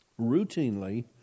Routinely